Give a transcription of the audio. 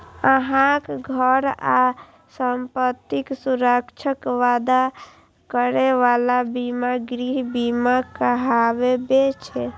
अहांक घर आ संपत्तिक सुरक्षाक वादा करै बला बीमा गृह बीमा कहाबै छै